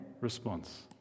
response